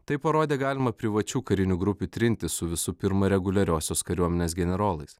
tai parodė galimą privačių karinių grupių trintį su visų pirma reguliariosios kariuomenės generolais